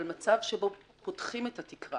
אבל מצב שבו פותחים את התקרה